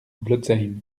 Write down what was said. blotzheim